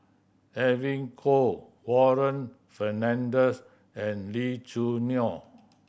Edwin Koek Warren Fernandez and Lee Choo Neo